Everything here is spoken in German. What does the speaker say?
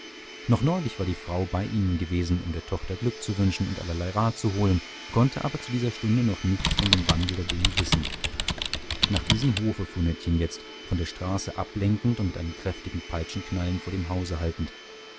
noch neulich war die frau bei ihnen gewesen um der tochter glück zu wünschen und allerlei rat zu holen konnte aber zu dieser stunde noch nichts von dem wandel der dinge wissen nach diesem hofe fuhr nettchen jetzt von der straße ablenkend und mit einem kräftigen peitschenknallen vor dem hause haltend